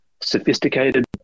sophisticated